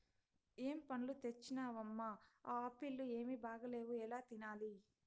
ఏం పండ్లు తెచ్చినవమ్మ, ఆ ఆప్పీల్లు ఏమీ బాగాలేవు ఎలా తినాలి